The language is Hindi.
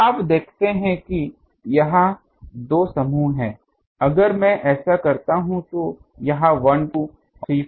तो आप देखते हैं कि यहां दो समूह हैं अगर मैं ऐसा करता हूं तो यह 1 2 और 3 4 है